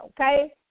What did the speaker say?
Okay